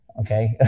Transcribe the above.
Okay